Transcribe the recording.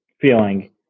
feeling